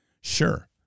sure